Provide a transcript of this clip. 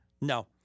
No